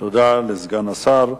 תודה לסגן השר.